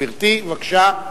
גברתי, בבקשה,